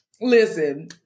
listen